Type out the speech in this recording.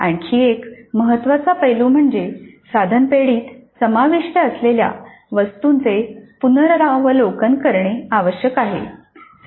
आणखी एक महत्त्वाचा पैलू म्हणजे साधन पेढीेत समाविष्ट असलेल्या वस्तूंचे पुनरावलोकन करणे आवश्यक आहे